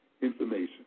information